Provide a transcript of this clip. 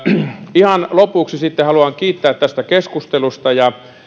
ihan lopuksi haluan kiittää tästä keskustelusta